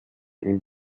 ihm